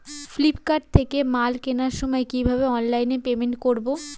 Flipkart থেকে মাল কেনার সময় কিভাবে অনলাইনে পেমেন্ট করব?